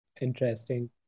interesting